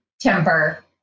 temper